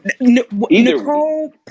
Nicole